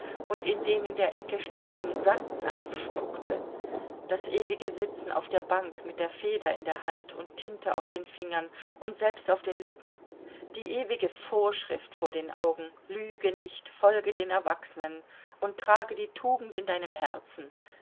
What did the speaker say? und in den in der ecke stehenden sandnapf spuckte das ewige sitzen auf der bank mit der feder in der hand und tinte auf den fingern und selbst auf den lippen die ewige vorschrift vor den augen lüge nicht folge den erwachsenen und trage die tugend in deinem herzen